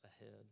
ahead